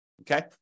okay